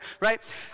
right